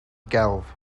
gelf